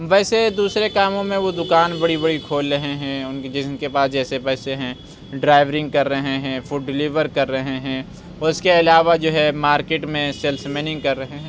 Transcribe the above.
ویسے دوسرے کاموں میں وہ دکان بڑی بڑی کھول رہے ہیں جن کے پاس جیسے پیسے ہیں ڈرائیورنگ کر رہے ہیں فوڈ دلیور کر رہے ہیں اور اس کے علاوہ جو ہے مارکیٹ میں سیلس مینی کر رہے ہیں